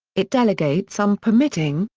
it delegates some permitting,